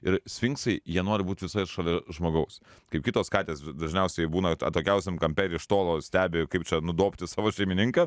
ir sfinksai jie nori būt visada šalia žmogaus kaip kitos katės dažniausiai būna at atokiausiam kampe ir iš tolo stebi kaip čia nudobti savo šeimininką